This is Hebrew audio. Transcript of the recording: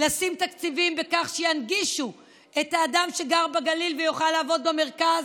לשים תקציבים כך שינגישו את האדם שגר בגליל ויוכל לעבוד במרכז,